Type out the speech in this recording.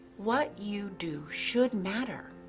what you do should matter.